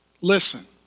Listen